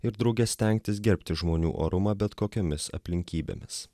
ir drauge stengtis gerbti žmonių orumą bet kokiomis aplinkybėmis